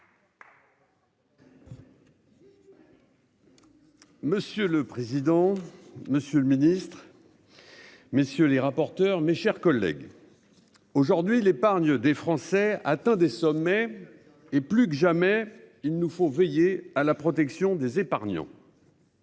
Monsieur le président, Monsieur le ministre. Messieurs les rapporteurs, mes chers collègues. Aujourd'hui l'épargne des Français atteint des sommets et plus que jamais, il nous faut veiller à la protection des épargnants.